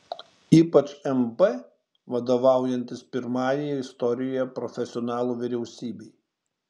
ypač mp vadovaujantis pirmajai istorijoje profesionalų vyriausybei